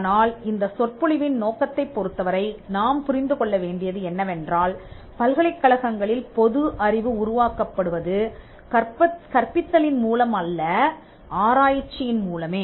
ஆனால் இந்த சொற்பொழிவின் நோக்கத்தைப் பொருத்தவரை நாம் புரிந்து கொள்ள வேண்டியது என்னவென்றால் பல்கலைக்கழகங்களில் பொது அறிவு உருவாக்கப்படுவது கற்பித்தலின் மூலம் அல்ல ஆராய்ச்சியின் மூலமே